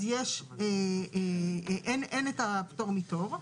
אז אין את הפטור מתור.